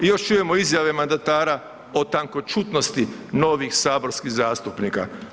I još čujemo izjave mandatara o tankoćutnosti novih saborskih zastupnika.